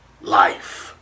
life